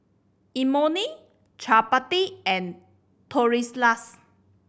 Imoni Chapati and Tortillas